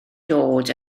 dod